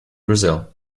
brazil